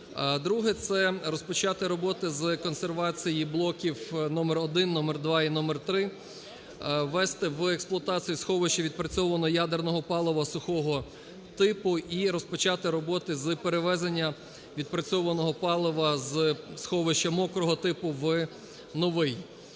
Друге - це розпочати роботи з консервації блоків № 1, № 2 і № 3. Ввести в експлуатацію сховище відпрацьованого ядерного палива сухого типу і розпочати роботи з перевезення відпрацьованого палива з сховища мокрого типу в новий.